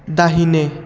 दाहिने